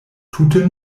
tute